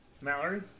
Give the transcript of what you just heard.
Mallory